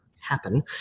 happen